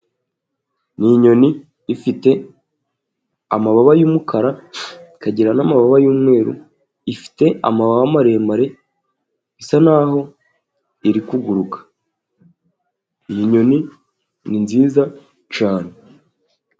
Ni inyoni ifite amababa y'umukara, ikagira n'amababa y'umweru. Ifite amababa maremare, isa n'aho iri kuguruka . Iyi nyoni ni nziza cyane.